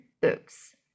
books